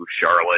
Charlotte